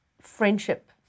friendship